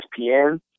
ESPN